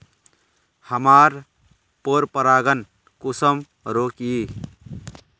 हमार पोरपरागण कुंसम रोकीई?